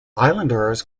islanders